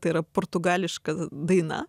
tai yra portugališka daina